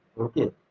Okay